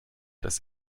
das